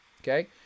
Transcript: Okay